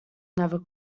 never